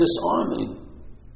disarming